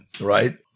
right